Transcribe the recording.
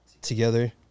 together